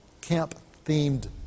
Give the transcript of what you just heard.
camp-themed